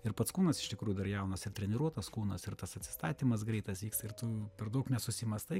ir pats kūnas iš tikrųjų dar jaunas ir treniruotas kūnas ir tas atsistatymas greitas vyksta ir tu per daug nesusimąstai